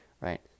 right